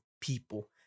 people